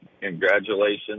Congratulations